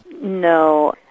No